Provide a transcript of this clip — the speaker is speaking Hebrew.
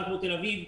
כמו בתל אביב,